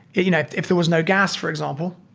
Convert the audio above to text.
you know if there was no gas, for example,